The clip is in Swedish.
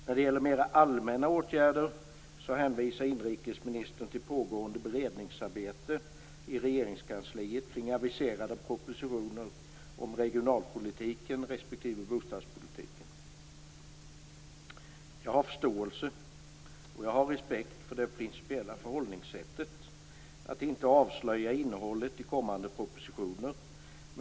När det gäller mer allmänna åtgärder hänvisar inrikesministern till pågående beredningsarbete i Jag har förståelse och även respekt för det principiella förhållningssättet att inte avslöja innehållet i kommande propositioner.